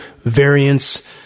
variants